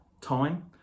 time